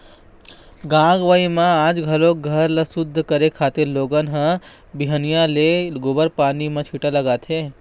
गाँव गंवई म आज घलोक घर ल सुद्ध करे खातिर लोगन ह बिहनिया ले गोबर पानी म छीटा लगाथे